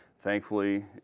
Thankfully